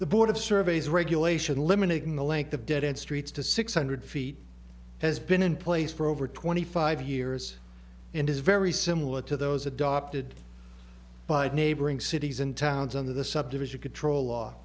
the board of surveys regulation eliminating the length of dead end streets to six hundred feet has been in place for over twenty five years and is very similar to those adopted by neighboring cities and towns under the subdivision control law